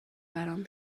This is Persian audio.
برام